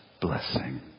blessing